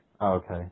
Okay